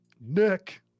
nick